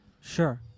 sure